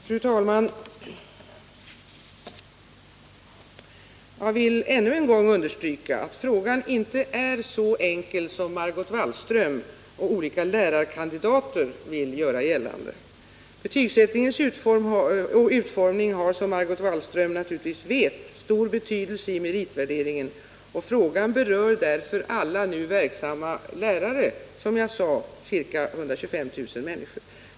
Fru talman! Jag vill ännu en gång understryka att frågan inte är så enkel som Margot Wallström och olika lärarkandidater vill göra gällande. Betygsättningens utformning har, som Margot Wallström naturligtvis vet, stor betydelse i meritvärderingen, och frågan berör därför alla nu verksamma lärare — som jag sade ca 125 000 personer.